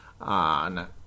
on